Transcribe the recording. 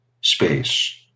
space